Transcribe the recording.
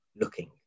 looking